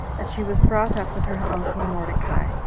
and she was brought up with her uncle mordecai,